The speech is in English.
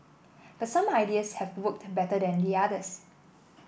but some ideas have worked better than the others